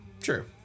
True